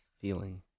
feeling